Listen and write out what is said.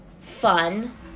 fun